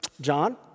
John